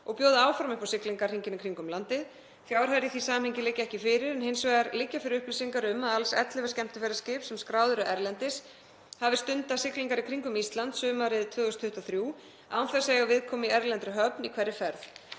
og bjóði áfram upp á siglingar hringinn í kringum landið. Fjárhæðir í því samhengi liggja ekki fyrir en hins vegar liggja fyrir upplýsingar um að alls ellefu skemmtiferðaskip, sem skráð eru erlendis, hafi stundað siglingar í kringum Ísland sumarið 2023 án þess að eiga viðkomu í erlendri höfn í hverri ferð.